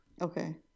Okay